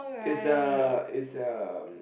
it's a it's um